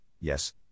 yes